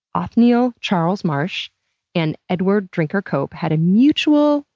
othaniel charles marsh and edward drinker cope had a mutual,